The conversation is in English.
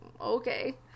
okay